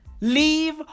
Leave